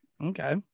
okay